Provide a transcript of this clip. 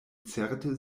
certe